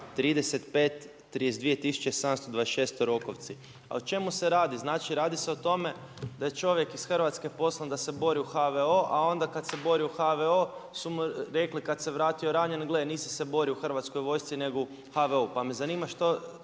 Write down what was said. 35 32726 Rokovci“. A o čemu se radi? radi se o tome da je čovjek ih Hrvatske poslan da se bori u HVO, a onda kada se bori u HVO su mu rekli kada se vratio ranjen, gle nisi se borio u Hrvatskoj vojsci nego u HVO-u, pa me zanima što